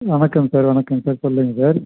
வணக்கம் சார் வணக்கம் சார் சொல்லுங்கள் சார்